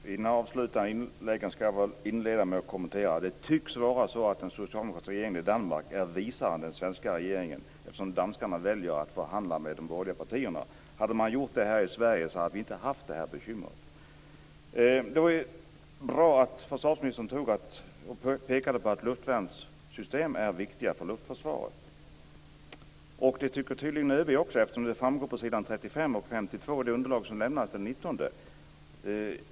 Fru talman! I mitt avslutande inlägg skall jag inleda med en kommentar. Det tycks vara så att den socialdemokratiska regeringen i Danmark är visare än den svenska regeringen eftersom danskarna väljer att förhandla med de borgerliga partierna. Hade man gjort det här i Sverige hade vi inte haft det här bekymret. Det var ju bra att försvarsministern pekade på att luftvärnssystem är viktiga för luftförsvaret. Det tycker tydligen ÖB också eftersom det framgår på s. 35 och 52 i det underlag som lämnades den 19 maj.